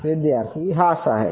વિદ્યાર્થી હા સાહેબ